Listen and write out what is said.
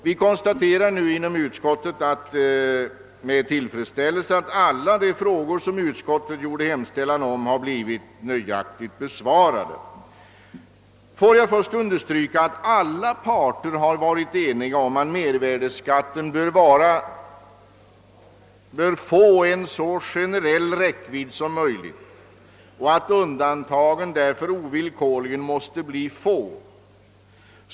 Vi konstaterar nu inom utskottet med tillfredsställelse att alla de frågor som utskottet gjort hemställan om blivit nöjaktigt besvarade. Får jag först understryka att alla parter varit ense om att mervärdeskatten bör få en så generell räckvidd som möjligt och att undantagen därför ovillkor ligen måste bli få.